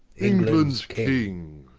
englands king